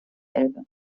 elbe